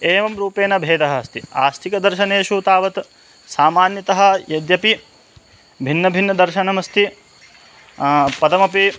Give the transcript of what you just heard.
एवं रूपेण भेदः अस्ति आस्तिकदर्शनेषु तावत् सामान्यतः यद्यपि भिन्नभिन्नदर्शनमस्ति पदमपि